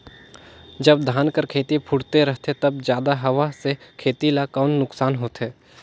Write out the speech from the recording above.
जब धान कर खेती फुटथे रहथे तब जादा हवा से खेती ला कौन नुकसान होथे?